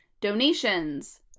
donations